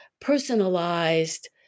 personalized